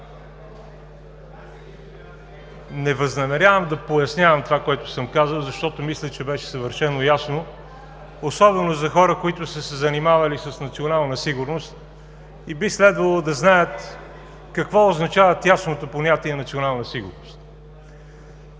не възнамерявам да пояснявам това, което съм казал, защото мисля, че беше съвършено ясно, особено за хора, които са се занимавали с национална сигурност и би следвало да знаят какво означава ясното понятие „национална сигурност“.